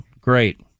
Great